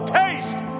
taste